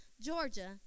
Georgia